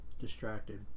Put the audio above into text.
Distracted